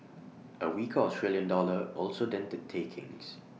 A weaker Australian dollar also dented takings